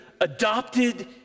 adopted